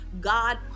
God